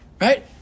Right